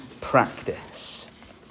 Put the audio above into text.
practice